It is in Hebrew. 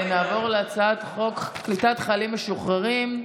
נעבור להצעת חוק קליטת חיילים משוחררים,